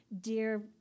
dear